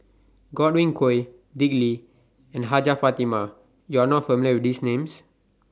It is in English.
Godwin Koay Dick Lee and Hajjah Fatimah YOU Are not familiar with These Names